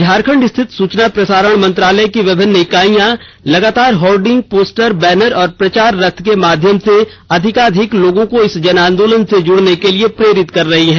झारखंड रिथित सूचना प्रसारण मंत्रालय की विभिन्न इकाइयां लगातार होर्डिंग पोस्टर बैनर और प्रचार रथ के माध्यम से अधिकाधिक लोगों को इस जन आंदोलन से जुड़ने के लिए प्रेरित कर रही हैं